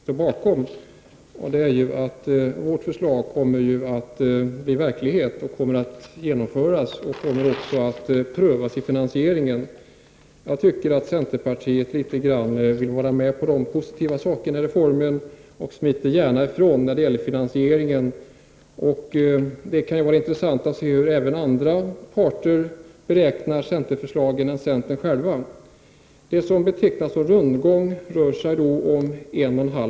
Fru talman! Det finns en skillnad mellan förslaget från centerpartiet och folkpartiförslaget, som ju regeringen står bakom, och det är att vårt förslag kommer att bli verklighet. Det kommer att genomföras och dess finansiering kommer också att prövas. Jag tycker att centerpartiet vill vara med litet grand när det gäller de positiva sakerna i reformen och gärna smiter ifrån finansieringen. Det kan ju vara intressant att se hur andra parter beräknar finansieringen för centerförslagen än centern. Det som betecknas som rundgång rör sig om 1,5 miljarder kronor.